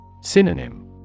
Synonym